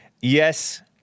Yes